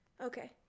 okay